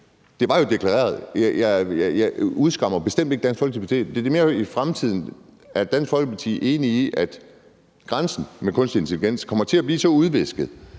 det var jo deklareret. Jeg udskammer bestemt ikke Dansk Folkeparti. Det er mere i forhold til fremtiden. Er Dansk Folkeparti enig i, at grænsen med kunstig intelligens kommer til at blive så udvisket,